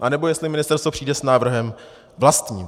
Anebo jestli ministerstvo přijde s návrhem vlastním.